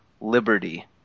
Liberty